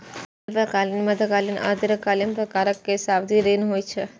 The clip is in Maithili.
अल्पकालिक, मध्यकालिक आ दीर्घकालिक प्रकारक सावधि ऋण होइ छै